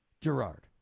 Gerard